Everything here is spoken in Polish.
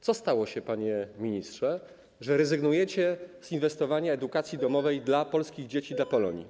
Co stało się, panie ministrze, że rezygnujecie z inwestowania w edukację domową dla polskich dzieci, dla Polonii?